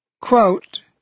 Quote